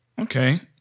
okay